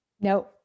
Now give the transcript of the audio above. No